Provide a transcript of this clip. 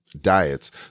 diets